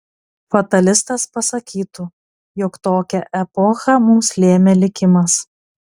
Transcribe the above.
fatalistas pasakytų jog tokią epochą mums lėmė likimas